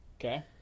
Okay